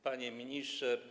Panie Ministrze!